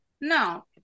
No